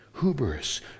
hubris